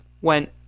went